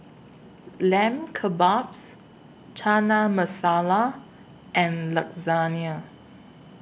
Lamb Kebabs Chana Masala and Lasagne